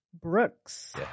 Brooks